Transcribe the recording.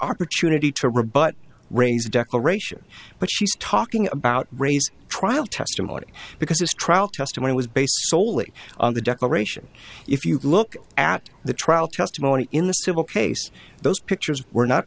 opportunity to rebut ray's declaration but she's talking about ray's trial testimony because his trial testimony was based soley on the declaration if you look at the trial testimony in the civil case those pictures were not